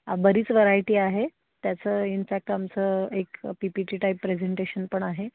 आ बरीच वरायटी आहे त्याचं इन्फॅक्ट आमचं एक P P T type presentation पण आहे